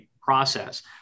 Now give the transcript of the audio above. process